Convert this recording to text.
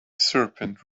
serpent